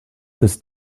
this